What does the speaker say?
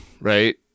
right